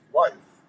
life